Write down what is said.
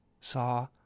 Saw